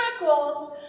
miracles